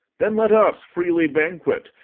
then let us freely banquet,